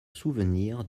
souvenir